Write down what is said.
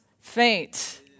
faint